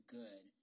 good